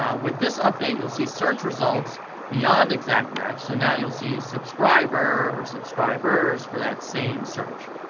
ah with this update, you'll see search results beyond exact match so now you'll see subscriber or subscribers for that same search.